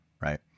right